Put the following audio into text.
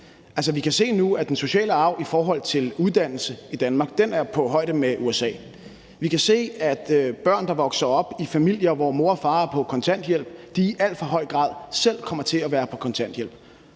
Vi kan se nu, at den sociale arv i Danmark, når det gælder uddannelse, er på samme niveau som i USA. Vi kan se, at børn, der vokser op i familier, hvor moren og faren er på kontanthjælp, i al for høj grad kommer til at være på kontanthjælp.